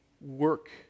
work